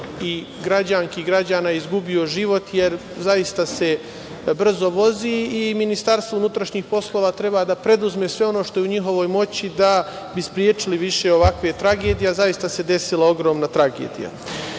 i građana i građanki je izgubio život, jer se zaista brzo vozi. Ministarstvo unutrašnjih poslova treba da preduzme sve ono što je u njihovoj moći da bi sprečili ovakve tragedije. Zaista se desila ogromna tragedija. Hoću